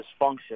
dysfunction